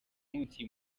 munsi